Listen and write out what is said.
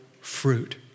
fruit